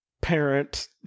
Parent